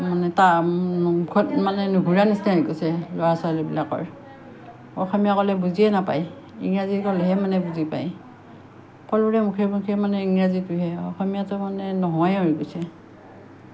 মুখত মানে নুঘূৰা নিচিনাই হৈ গৈছে ল'ৰা ছোৱালীবিলাকৰ অসমীয়া ক'লে বুজিয়েই নাপায় ইংৰাজী ক'লেহে মানে বুজি পায় সকলোৰে মুখে মুখে মানে ইংৰাজীটোহে অসমীয়াটো মানে নোহোৱাই হৈ গৈছে